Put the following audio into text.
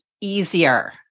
easier